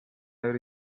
eriti